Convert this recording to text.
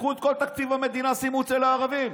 קחו את כל תקציב המדינה ושימו אצל הערבים.